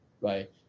right